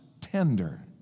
tender